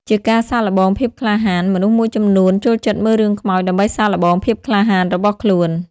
ជាការសាកល្បងភាពក្លាហាន មនុស្សមួយចំនួនចូលចិត្តមើលរឿងខ្មោចដើម្បីសាកល្បងភាពក្លាហានរបស់ខ្លួន។